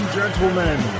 gentlemen